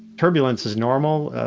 turbulence is normal,